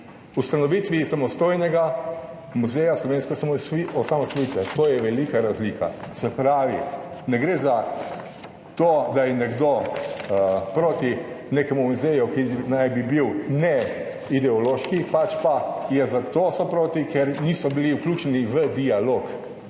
ustanovitvi Samostojnega muzeja slovenske osamosvojitve.« To je velika razlika. Se pravi, ne gre za to, da je nekdo proti nekemu muzeju, ki naj bi bil neideološki, pač pa so proti zato, ker niso bili vključeni v dialog.